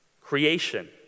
Creation